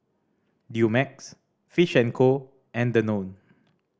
Dumex Fish and Co and Danone